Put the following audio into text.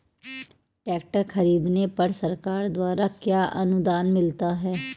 Tractor खरीदने पर सरकार द्वारा क्या अनुदान मिलता है?